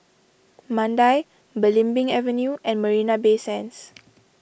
Mandai Belimbing Avenue and Marina Bay Sands